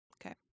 Okay